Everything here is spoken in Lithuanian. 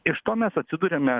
iš to mes atsiduriame